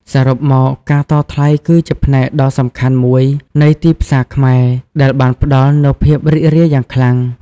សរុបមក ការតថ្លៃគឺជាផ្នែកដ៏សំខាន់មួយនៃទីផ្សារខ្មែរដែលបានផ្តល់នូវភាពរីករាយយ៉ាងខ្លាំង។